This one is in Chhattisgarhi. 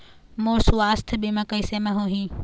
मोर सुवास्थ बीमा कैसे म होही?